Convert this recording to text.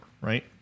right